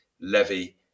levy